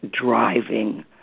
driving